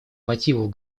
мотивов